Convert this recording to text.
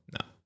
No